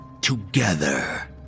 together